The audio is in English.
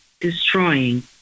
destroying